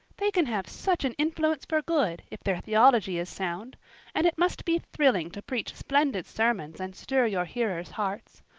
they can have such an influence for good, if their theology is sound and it must be thrilling to preach splendid sermons and stir your hearers' hearts.